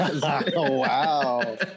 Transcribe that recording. wow